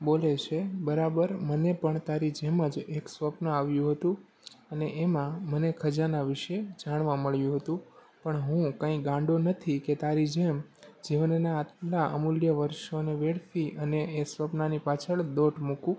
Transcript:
બોલે છે બરાબર મને પણ તારી જેમ જ એક સ્વપ્ન આવ્યું હતું અને એમાં મને ખજાના વિષે જાણવા મળ્યું હતું પણ હું કાંઈ ગાંડો નથી કે તારી જેમ જીવનનાં આટલાં અમૂલ્ય વર્ષોને વેડફી અને એ સ્વપ્નની પાછળ દોટ મૂકું